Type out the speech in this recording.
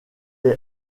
est